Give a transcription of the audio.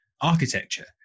architecture